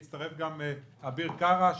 נכנס גם חבר הכנסת אביר קארה,